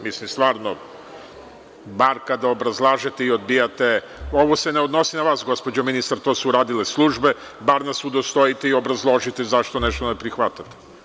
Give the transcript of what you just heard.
Mislim, stvarno, bar kada obrazlažete i odbijate, ovo se ne odnosi na vas, gospođo ministar, to su uradile službe, bar nas udostojite i obrazložite zašto nešto ne prihvatate.